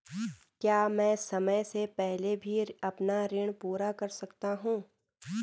क्या मैं समय से पहले भी अपना ऋण पूरा कर सकता हूँ?